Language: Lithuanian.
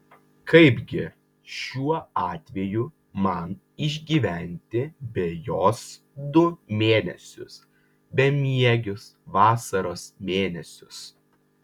kaipgi šiuo atveju man išgyventi be jos du mėnesius bemiegius vasaros mėnesius